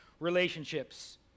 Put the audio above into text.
relationships